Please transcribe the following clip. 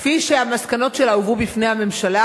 כפי שהמסקנות שלה הובאו בפני הממשלה,